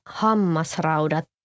hammasraudat